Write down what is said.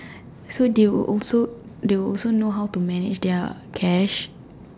so they would also they would also know how manage their manage their cash